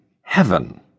heaven